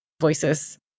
Voices